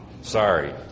Sorry